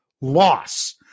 loss